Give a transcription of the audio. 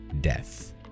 death